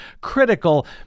critical